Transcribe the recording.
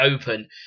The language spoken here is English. open